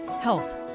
health